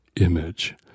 image